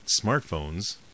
smartphones